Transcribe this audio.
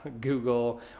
Google